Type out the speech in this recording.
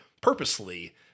purposely